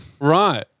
Right